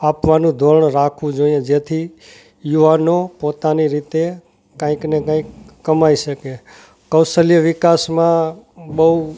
આપવાનું ધોરણ રાખવું જોઈએ જેથી યુવાનો પોતાની રીતે કંઈકને કંઈક કમાઈ શકે કૌશલ્ય વિકાસમાં બહુ